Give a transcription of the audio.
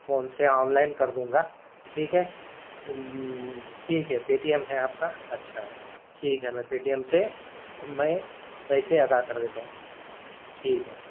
phone سے online کردوں گا ٹھیک ہے ٹھیک ہے پے ٹی ایم ہے آپ کا اچھا ٹھیک ہے میں پے ٹی ایم سے میں پیسے ادا کر دیتا ہوں ٹھیک ہے